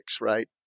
right